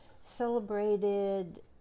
celebrated